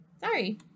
sorry